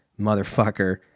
motherfucker